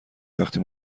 وقتی